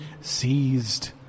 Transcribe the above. seized